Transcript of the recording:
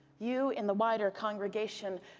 you, in the wider congregation,